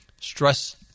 Stress-